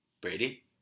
Brady